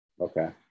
Okay